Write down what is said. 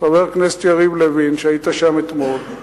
חבר הכנסת יריב לוין, והיית שם אתמול,